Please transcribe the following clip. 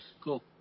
cool